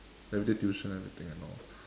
everyday tuition everything and all